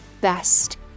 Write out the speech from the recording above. best